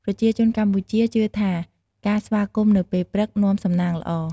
ប្រជាជនកម្ពុជាជឿថា ការស្វាគមន៍នៅពេលព្រឹក នាំសំណាងល្អ។